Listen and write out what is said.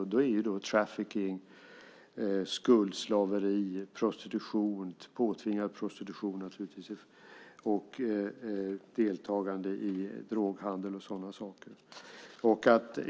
Det handlar om trafficking, skuldslaveri, påtvingad prostitution, deltagande i droghandel och sådana saker.